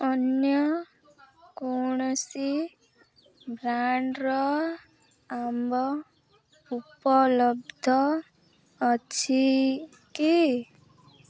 ଅନ୍ୟ କୌଣସି ବ୍ରାଣ୍ଡର ଆମ୍ବ ଉପଲବ୍ଧ ଅଛି କି